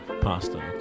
Pasta